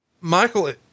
Michael